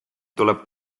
tuleb